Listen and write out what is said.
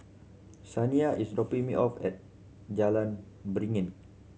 Saniyah is dropping me off at Jalan Beringin